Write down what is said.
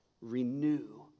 Renew